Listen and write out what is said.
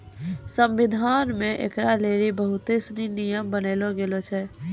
संविधान मे ऐकरा लेली बहुत सनी नियम बनैलो गेलो छै